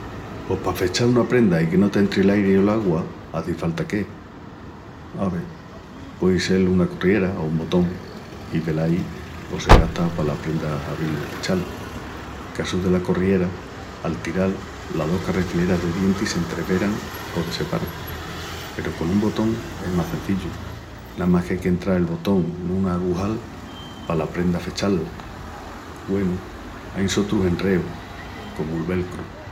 Pos pa fechal una prenda i que no t'entri l'airi o l'augua hazi falta qué. Ave, puei sel una corriera o un botón i, velaí, pos se gasta pala prenda abril o fechal. Casu dela corriera, al tiral, las dos carrefilas de dientis s'entreveran o desseparan. Peru con un botón, es más cenzillu: namás qu'ai qu'entral el botón en un agujal pala prenda fechá mantenel. Güenu, ain sotrus enreus comu'l velcru.